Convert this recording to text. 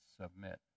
submit